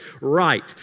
right